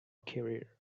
career